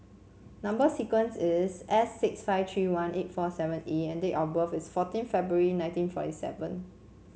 number sequence is S six five tree one eight four seven E and date of birth is fourteen February nineteen forty seven